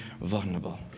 vulnerable